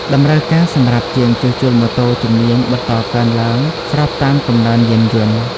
តម្រូវការសម្រាប់ជាងជួសជុលម៉ូតូជំនាញបន្តកើនឡើងស្របតាមកំណើនយានយន្ត។